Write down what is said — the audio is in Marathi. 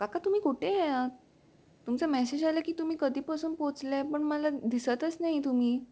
काका तुम्ही कुठे आहात तुमचं मेसेज आला की तुम्ही कधीपासून पोचले आहे पण मला दिसतच नाही तुम्ही